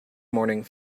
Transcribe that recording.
morning